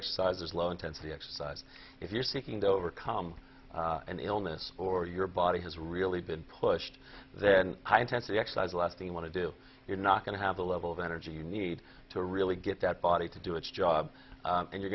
exercise low intensity exercise if you're seeking to overcome an illness or your body has really been pushed then high intensity exercise the last thing want to do you're not going to have the level of energy you need to really get that body to do its job and you're